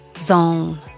zone